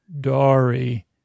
Dari